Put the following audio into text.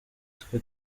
twe